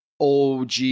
OG